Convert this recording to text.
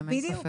אין ספק.